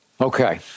Okay